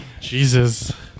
Jesus